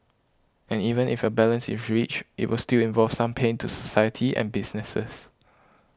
and even if a balance is reached it will still involve some pain to society and businesses